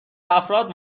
افراد